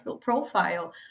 profile